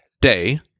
day